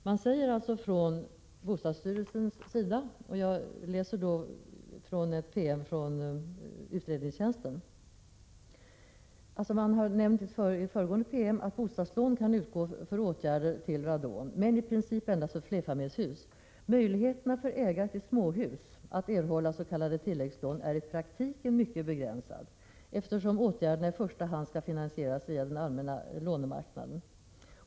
Bostadsstyrelsen skriver enligt en promemoria som jag har fått från utredningstjänsten: ”I promemorian om radonlån nämndes att bostadslån kan utgå för åtgärder mot radon, men i princip endast för flerfamiljshus. Möjligheterna för ägare till småhus att erhålla s.k. tilläggslån är i praktiken mycket begränsade, eftersom åtgärdernai första hand skall finansieras via den allmänna lånemarknaden.